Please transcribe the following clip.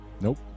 Nope